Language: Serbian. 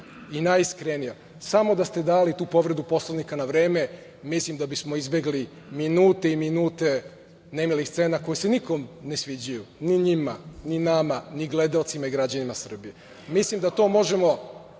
i najiskrenija. Samo da ste dali tu povredu Poslovnika na vreme mislim da bismo izbegli minute i minute nemilih scena koje se nikom ne sviđaju, ni njima, ni nama, ni gledaocima i građanima Srbije. Mislim da se ova